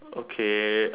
okay